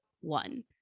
one